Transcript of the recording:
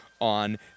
on